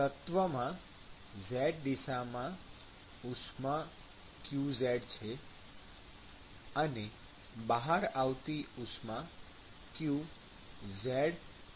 તત્વમાં z દિશામાં ઉષ્મા qz છે અને બહાર આવતી ઉષ્મા qzdz છે